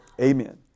Amen